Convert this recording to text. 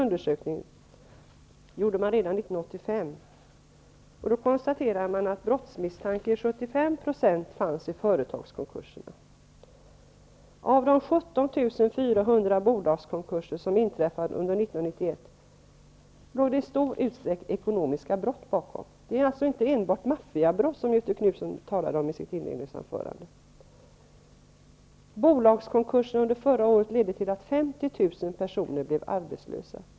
BRÅ gjorde redan 1985 en undersökning där man konstaterade att brottsmisstanke fanns i 75 % av företagskonkurserna. De 17 400 bolagskonkurser som inträffade under 1991 låg det i stor utsträckning ekonomiska brott bakom. Det är alltså inte bara maffiabrott, som Göthe Knutson talade om i sitt inledninganförande. Bolagskonkurser ledde under förra året till att 50 000 personer blev arbetslösa.